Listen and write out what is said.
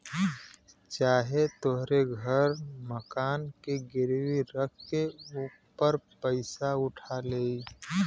चाहे तोहरे घर मकान के गिरवी रख के ओपर पइसा उठा लेई